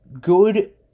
good